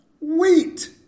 Wheat